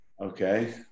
Okay